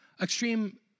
Extreme